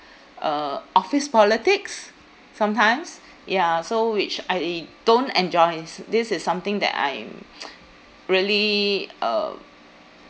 uh office politics sometimes ya so which I don't enjoys this is something that I'm really um